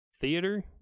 Theater